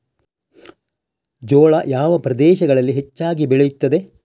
ಜೋಳ ಯಾವ ಪ್ರದೇಶಗಳಲ್ಲಿ ಹೆಚ್ಚಾಗಿ ಬೆಳೆಯುತ್ತದೆ?